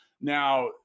Now